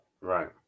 Right